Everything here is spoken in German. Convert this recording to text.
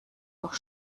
doch